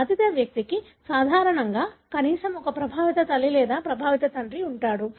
బాధిత వ్యక్తికి సాధారణంగా కనీసం ఒక ప్రభావిత తల్లి లేదా ప్రభావిత తండ్రి ఉంటారు